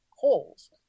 holes